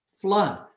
flood